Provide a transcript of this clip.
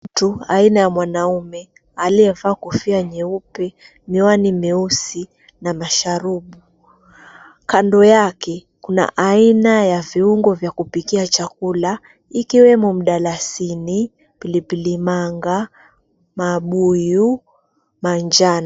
Mtu aina ya mwanaume aliyevaa kofia nyeupe, miwani meusi na masharubu. Kando yake kuna aina ya viungo vya kupikia chakula ikiwemo mdalasini, pilipili manga, mabuyu, manjano.